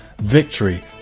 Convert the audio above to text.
victory